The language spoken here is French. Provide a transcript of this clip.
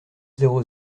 zéro